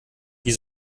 wie